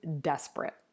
desperate